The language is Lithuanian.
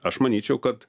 aš manyčiau kad